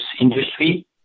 industry